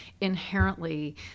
Inherently